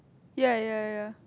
ya ya ya ya ya